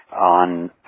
on